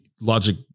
logic